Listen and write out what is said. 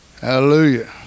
Hallelujah